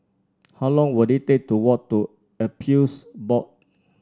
how long will it take to walk to Appeals Board